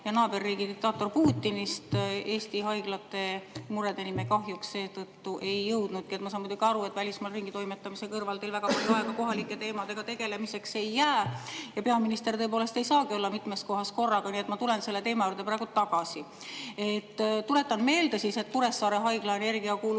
ja naaberriigi diktaatorist Putinist. Eesti haiglate muredeni me kahjuks seetõttu ei jõudnudki. Ma saan muidugi aru, et välismaal ringitoimetamise kõrval teil väga palju aega kohalike teemadega tegelemiseks ei jää. Ja peaminister tõepoolest ei saagi olla mitmes kohas korraga, nii et ma tulen selle teema juurde praegu tagasi. Tuletan meelde, et Kuressaare Haigla energiakulude